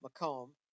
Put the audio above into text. Macomb